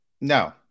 No